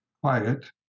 quiet